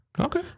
Okay